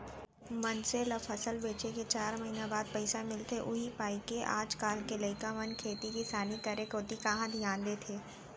मनसे ल फसल बेचे के चार महिना बाद पइसा मिलथे उही पायके आज काल के लइका मन खेती किसानी करे कोती कहॉं धियान देथे